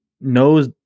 knows